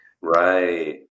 Right